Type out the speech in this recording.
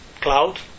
cloud